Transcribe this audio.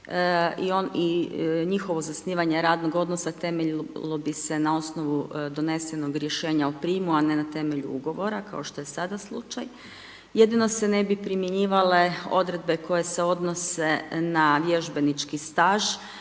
i njihovo zasnivanje radnog odnosa temeljilo bi se na osnovu donesenog rješenja o prijemu a ne na temelju ugovora kao što je sada slučaj. Jedino se ne bi primjenjivale odredbe koje se odnose na vježbenički staž